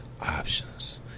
options